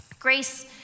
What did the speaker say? Grace